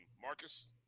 Marcus